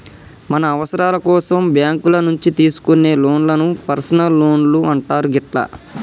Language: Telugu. మన అవసరాల కోసం బ్యేంకుల నుంచి తీసుకునే లోన్లను పర్సనల్ లోన్లు అంటారు గిట్లా